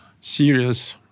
serious